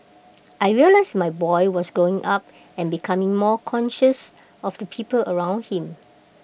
I realised my boy was growing up and becoming more conscious of the people around him